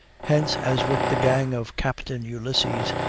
hence, as with the gang of captain ulysses,